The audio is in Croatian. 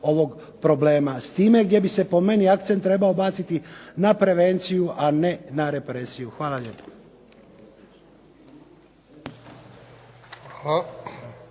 Hvala.